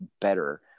better